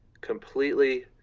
completely